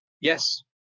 Yes